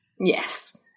Yes